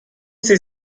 sie